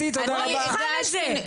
בוא נבחן את זה.